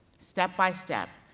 step-by-step,